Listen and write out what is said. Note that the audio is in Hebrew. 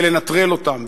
ולנטרל אותם.